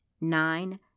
Nine